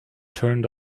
turned